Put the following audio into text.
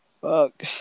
Fuck